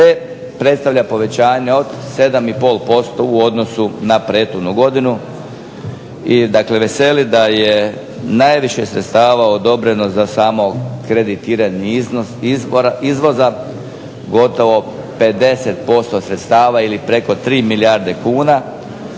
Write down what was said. te predstavlja povećanje od 7,5% u odnosu na prethodnu godinu. I dakle veseli da je najviše sredstava odobreno za samo kreditiranje izvoza, gotovo 50% sredstava ili preko 3 milijarde kuna.